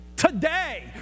Today